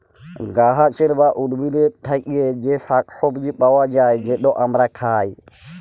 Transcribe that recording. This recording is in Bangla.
গাহাচের বা উদ্ভিদের থ্যাকে যে শাক সবজি পাউয়া যায়, যেট আমরা খায়